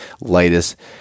lightest